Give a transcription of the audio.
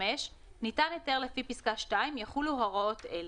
(5)ניתן היתר לפי פסקה (2), יחולו הוראות אלה: